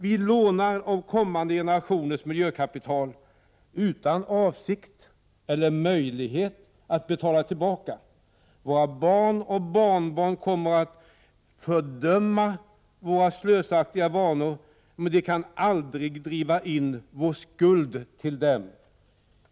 ”Vi lånar av kommande generationers miljökapital utan avsikt eller möjligheter att betala tillbaka. Våra barn och barnbarn kommer att fördöma våra slösaktiga vanor men de kan aldrig driva in vår skuld till dem.